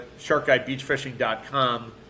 sharkguybeachfishing.com